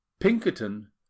Pinkerton